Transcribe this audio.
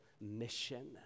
mission